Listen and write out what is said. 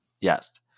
Yes